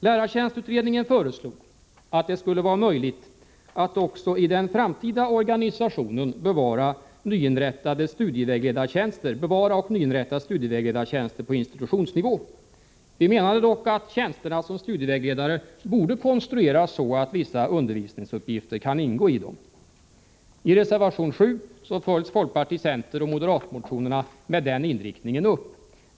Lärartjänstutredningen föreslog att det skulle vara möjligt att också i den framtida organisationen bevara och nyinrätta studievägledartjänster på institutionsnivå. Vi menade dock, att tjänsterna som studievägledare borde konstrueras så att vissa undervisningsuppgifter kan ingå i dem. I reservation 7 följs folkparti-, centeroch moderatmotionerna med den inriktningen upp.